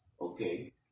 okay